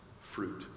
fruit